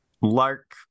Lark